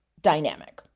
dynamic